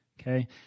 Okay